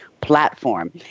platform